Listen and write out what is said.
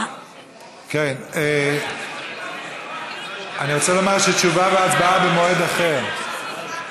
אני רוצה לומר שתשובה והצבעה במועד אחר.